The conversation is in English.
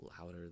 louder